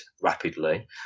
rapidly